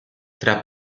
tra